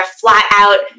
flat-out